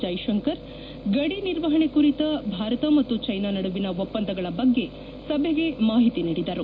ಜೈಶಂಕರ್ ಗಡಿ ನಿರ್ವಪಣೆ ಕುರಿತ ಭಾರತ ಮತ್ತು ಚೈನಾ ನಡುವಿನ ಒಪ್ಪಂದಗಳ ಬಗ್ಗೆ ಸಭೆಗೆ ಮಾಹಿತಿ ನೀಡಿದರು